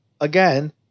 Again